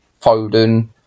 Foden